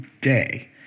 day